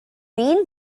mean